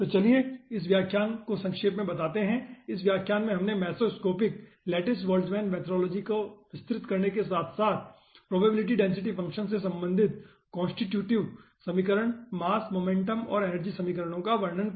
तो चलिए इस व्याख्यान को संक्षेप में बताते हैं इस व्याख्यान में हमने मेसोस्कोपिक लैटीस बोल्ट्जमैन मेथोड़लोजी को विस्तृत करने के साथ साथ प्रोबेबिलिटी डेंसिटी फंक्शन से संबंधित कोंस्टीटूटिव समीकरण मास मोमेंटम और एनर्जी समीकरणों का वर्णन किया है